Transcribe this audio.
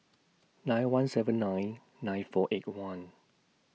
nine one seven nine nine four eight one